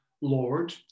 Lord